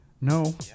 no